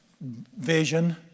vision